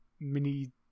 mini